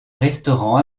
restaurant